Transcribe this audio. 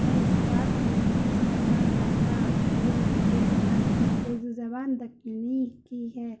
اور اس سے بات کرنے میں استعمال زیادہ آتی ہے اردو زبان اردو زبان دکنی کی ہے